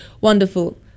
wonderful